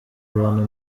abantu